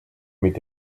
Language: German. mit